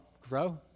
grow